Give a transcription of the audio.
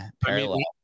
parallel